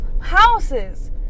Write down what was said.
houses